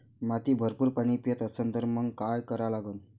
माती भरपूर पाणी पेत असन तर मंग काय करा लागन?